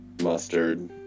Mustard